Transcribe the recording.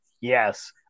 Yes